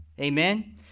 Amen